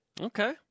Okay